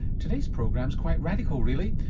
today's program's quite radical really.